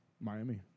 Miami